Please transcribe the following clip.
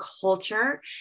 culture